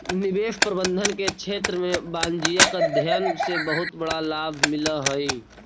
निवेश प्रबंधन के क्षेत्र में वाणिज्यिक अध्ययन से बहुत लाभ मिलऽ हई